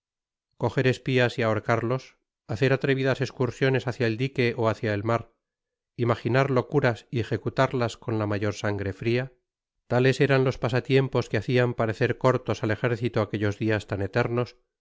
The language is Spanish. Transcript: cojer espias y ahorcarlos hacer atrevidas escurcones bácia el dique ó hácia el mar imajinar locuras y ejecutarlas con la mayor sangre fria tales eran los pasatiempos que hacian parecer cortos al ejército aquellos dias tan eternos